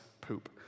poop